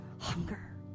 Hunger